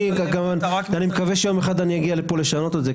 אני מקווה שאגיע לפה יום אחד כדי לשנות את זה,